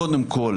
קודם כול,